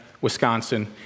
Wisconsin